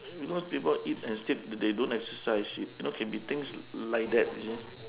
you know people eat and sleep they don't exercise you know can be things like that you see